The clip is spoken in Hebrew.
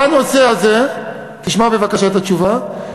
בנושא הזה, תשמע בבקשה את התשובה.